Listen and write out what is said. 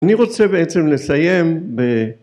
אני רוצה בעצם לסיים